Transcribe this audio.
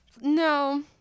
No